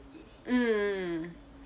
mm